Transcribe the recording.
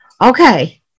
Okay